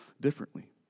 differently